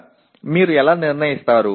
அதை என்ன எப்படி தீர்மானிப்பது